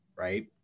Right